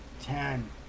ten